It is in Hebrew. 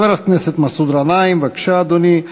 חבר הכנסת מסעוד גנאים, בבקשה, אדוני.